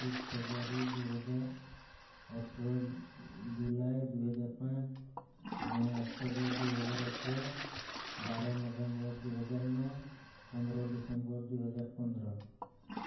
ପଚିଶ ଫେବୃଆରୀ ଦୁଇ ହଜାର ଅଠର ଜୁଲାଇ ଦୁଇ ହଜାର ପାଞ୍ଚ ନଅ ଅକ୍ଟୋବର ଦୁଇ ହଜାର ଅଠର ବାର ନଭେମ୍ବର ଦୁଇ ହଜାର ନଅ ପନ୍ଦର ଡିସେମ୍ବର ଦୁଇ ହଜାର ପନ୍ଦର